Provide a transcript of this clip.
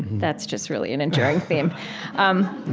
that's just really an enduring theme um